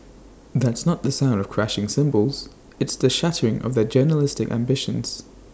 that's not the sound of crashing cymbals it's the shattering of their journalistic ambitions